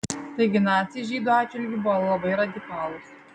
taigi naciai žydų atžvilgiu buvo labai radikalūs